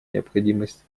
необходимость